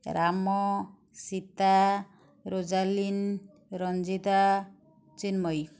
Ram Sita Rojalin Ranjita Chinmayee